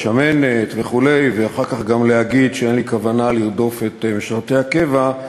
"שמנת" וכו' ואחר כך גם להגיד שאין לי כוונה לרדוף את משרתי הקבע,